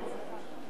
אבל יחד אתכם.